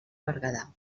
berguedà